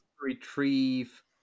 retrieve